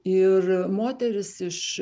ir moterys iš